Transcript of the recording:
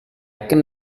can